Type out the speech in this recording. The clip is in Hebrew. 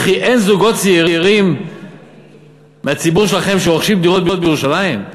וכי אין זוגות צעירים מהציבור שלכם שרוכשים דירות בירושלים?